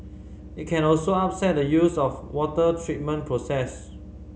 it can also upset the used of water treatment process